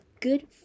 good